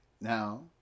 Now